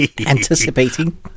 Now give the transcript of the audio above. Anticipating